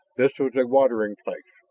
this was a watering place,